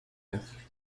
neuf